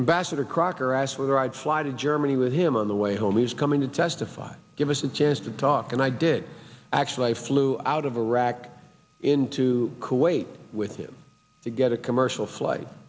embassador crocker asked whether i'd fly to germany with him on the way home he's coming to testify give us a chance to talk and i did actually i flew out of iraq into kuwait with him to get a commercial flight